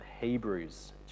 Hebrews